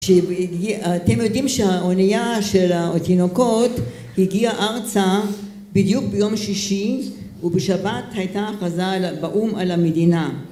אתם יודעים שהאונייה של התינוקות הגיעה ארצה בדיוק ביום שישי, ובשבת הייתה הכרזה באום על המדינה